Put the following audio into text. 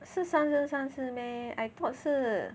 是三生三世 meh I thought 是